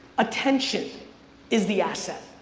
attention is the asset.